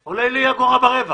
זה עולה לי אגורה ורבע.